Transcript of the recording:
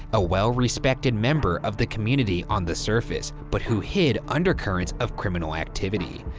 a well-respected member of the community on the surface, but who hid undercurrents of criminal activity.